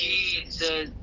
Jesus